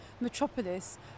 metropolis